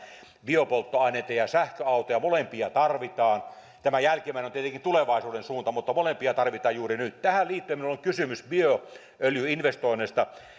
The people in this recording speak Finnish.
biopolttoaineita ja sähköautoja molempia tarvitaan tämä jälkimmäinen on tietenkin tulevaisuuden suunta mutta molempia tarvitaan juuri nyt tähän liittyen minulla on kysymys bioöljyinvestoinneista